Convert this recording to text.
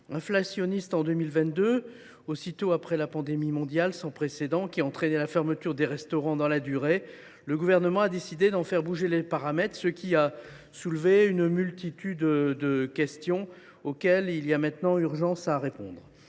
inflationniste de 2022, peu après la pandémie mondiale sans précédent qui avait entraîné une longue fermeture des restaurants, le Gouvernement a décidé d’en faire évoluer les paramètres, ce qui a soulevé une multitude de questions, auxquelles il est maintenant urgent de répondre.